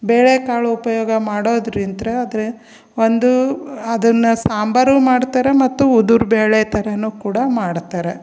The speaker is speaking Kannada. ಬೇಳೆ ಕಾಳು ಉಪಯೋಗ ಮಾಡೋದ್ರಿಂತ ಆದರೆ ಒಂದು ಅದನ್ನು ಸಾಂಬಾರೂ ಮಾಡ್ತಾರೆ ಮತ್ತು ಉದುರು ಬೇಳೆ ಥರನೂ ಕೂಡ ಮಾಡ್ತಾರೆ